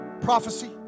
Prophecy